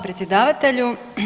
predsjedavatelju.